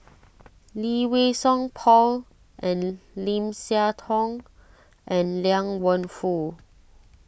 Lee Wei Song Paul and Lim Siah Tong and Liang Wenfu